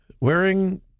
wearing